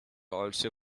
also